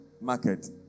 market